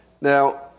Now